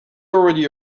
already